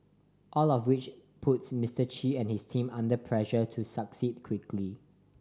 all of which puts Mister Chi and his team under pressure to succeed quickly